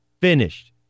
finished